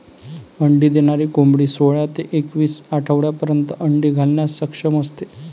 अंडी देणारी कोंबडी सोळा ते एकवीस आठवड्यांपर्यंत अंडी घालण्यास सक्षम असते